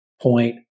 point